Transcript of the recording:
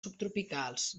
subtropicals